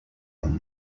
than